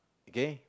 okay